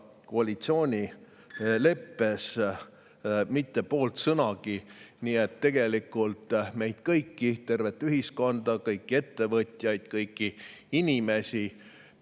koalitsioonileppes mitte poolt sõnagi. Nii et tegelikult meid kõiki, tervet ühiskonda, kõiki ettevõtjaid, kõiki inimesi